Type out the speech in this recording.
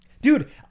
Dude